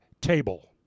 table